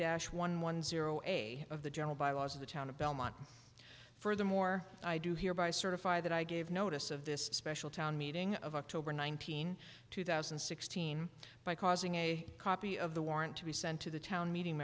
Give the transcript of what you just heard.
dash one one zero eight of the general bylaws of the town of belmont furthermore i do hereby certify that i gave notice of this special town meeting of october nineteenth two thousand and sixteen by causing a copy of the warrant to be sent to the town meeting